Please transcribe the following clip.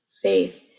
faith